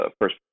first